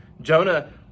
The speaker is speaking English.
Jonah